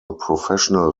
professional